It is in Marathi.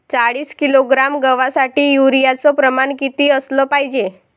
चाळीस किलोग्रॅम गवासाठी यूरिया च प्रमान किती असलं पायजे?